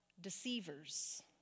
deceivers